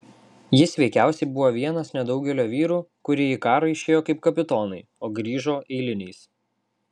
jis veikiausiai buvo vienas nedaugelio vyrų kurie į karą išėjo kaip kapitonai o grįžo eiliniais